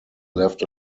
left